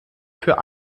für